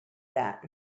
that